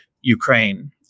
ukraine